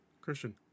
Christian